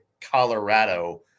Colorado